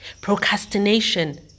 Procrastination